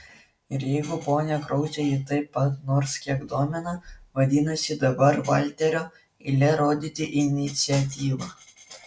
ir jeigu ponia krauzė jį taip pat nors kiek domina vadinasi dabar valterio eilė rodyti iniciatyvą